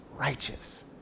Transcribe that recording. righteous